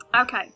Okay